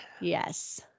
Yes